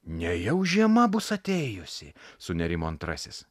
nejau žiema bus atėjusi sunerimo antrasis